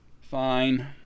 Fine